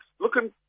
looking